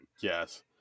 yes